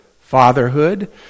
fatherhood